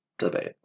Debate